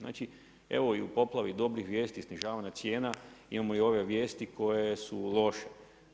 Znači, evo i u poplavi dobrih vijesti snižavanja cijena imamo i ove vijesti koje su loše.